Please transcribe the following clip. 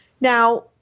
Now